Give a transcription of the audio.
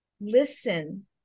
listen